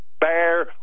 bear